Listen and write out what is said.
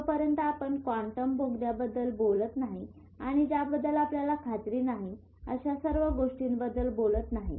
जोपर्यंत आपण क्वांटम बोगद्याबद्दल बोलत नाही आणि ज्याबद्दल आपल्याला खात्री नाही अशा सर्व गोष्टींबद्दल बोलत नाही